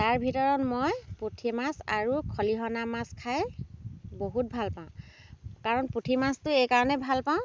তাৰ ভিতৰত মই পুঠি মাছ আৰু খলিহনা মাছ খাই বহুত ভাল পাওঁ কাৰণ পুঠি মাছটো এইকাৰণে ভাল পাওঁ